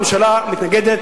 הממשלה מתנגדת,